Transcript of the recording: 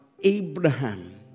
Abraham